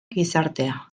gizartea